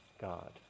God